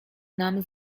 nam